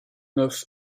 neuf